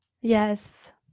Yes